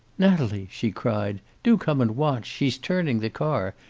natalie! she cried. do come and watch. she's turning the car.